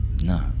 No